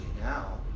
now